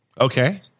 Okay